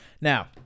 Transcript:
Now